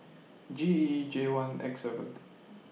G E J one X seven